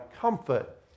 comfort